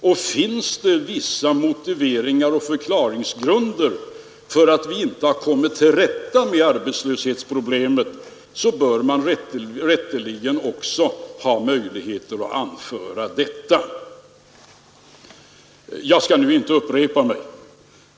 Och finns det vissa motiveringar och förklaringsgrunder till att vi inte har kommit till rätta med arbetslöshetsproblemet, så bör man rätteligen också ha möjligheter att anföra detta. Nu skall jag inte upprepa mig.